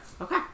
Okay